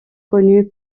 connu